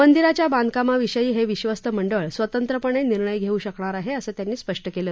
मंदिराच्या बांधकामाविषयी हे विश्वस्त मंडळ स्वतंत्रपणे निर्णय घेऊ शकणार आहे असं त्यांनी स्पष्ट केलं